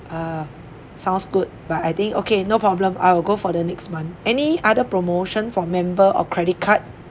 uh sounds good but I think okay no problem I will go for the next month any other promotion for member or credit card